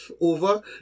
over